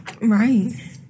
Right